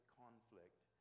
conflict